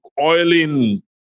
oiling